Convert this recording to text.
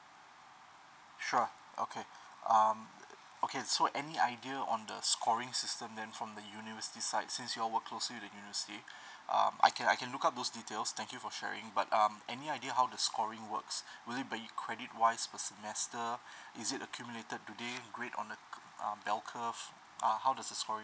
sure okay um oaky so any idea on the scoring system then from the university side since you all work closely with the university um I can I can look up those details thank you for sharing but um any idea how the scoring works will it by credit wise per semester is it accumulated today grade on uh um bell curve uh how does the scoring